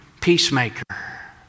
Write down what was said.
peacemaker